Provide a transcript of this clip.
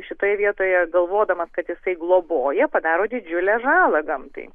šitoje vietoje galvodamas kad jisai globoja padaro didžiulę žalą gamtai